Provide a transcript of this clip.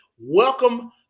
Welcome